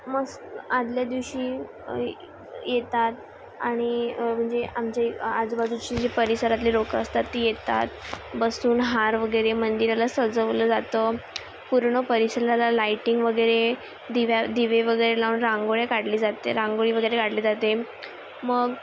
मस् आदल्या दिवशी येतात आणि म्हणजे आमच्या आजूबाजूची जी परिसरातली लोक असतात ती येतात बसून हार वगैरे मंदिराला सजवलं जातं पूर्ण परिसराला लायटिंग वगैरे दिव्या दिवे वगैरे लावून रांगोळ्या काढली जाते रांगोळी वगैरे काढली जाते मग